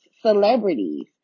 celebrities